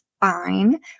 fine